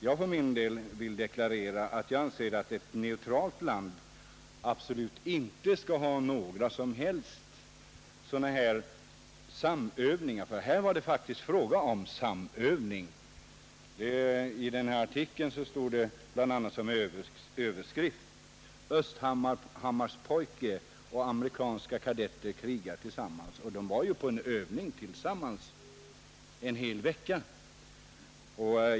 Jag vill för min del deklarera att jag anser att ett neutralt land absolut inte skall ha några som helst sådana samövningar, ty här var det faktiskt fråga om samövningar. I den nämnda artikeln står det bl.a. som överskrift ”Östhammarpojke och amerikanska kadetter krigar tillsammans”. De var på en övning tillsammans en hel vecka.